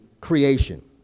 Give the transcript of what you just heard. creation